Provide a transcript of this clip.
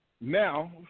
Now